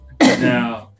now